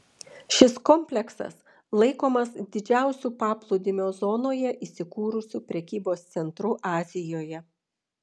šis kompleksas laikomas didžiausiu paplūdimio zonoje įsikūrusiu prekybos centru azijoje